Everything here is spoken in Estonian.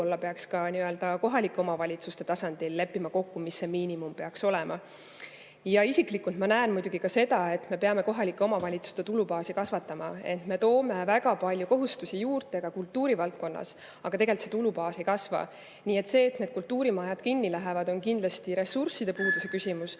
Isiklikult ma näen muidugi ka seda, et me peame kohalike omavalitsuste tulubaasi kasvatama. Me toome neile väga palju kohustusi juurde ka kultuurivaldkonnas, aga tegelikult tulubaas ei kasva. Nii et see, et kultuurimajad kinni lähevad, on muidugi ressursside puuduse küsimus.